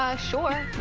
ah, sure.